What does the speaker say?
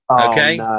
okay